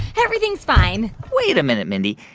everything's fine wait a minute, mindy.